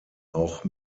auch